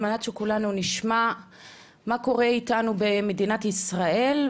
על מנת שכולנו נשמע מה קורה איתנו במדינת ישראל,